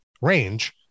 range